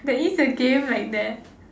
there is a game like that